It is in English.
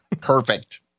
Perfect